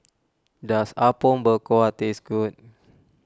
does Apom Berkuah taste good